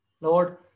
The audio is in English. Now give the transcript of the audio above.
Lord